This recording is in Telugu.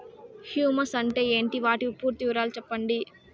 హ్యూమస్ అంటే ఏంటి? వాటి పూర్తి వివరాలు సెప్పండి?